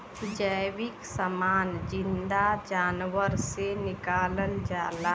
जैविक समान जिन्दा जानवरन से निकालल जाला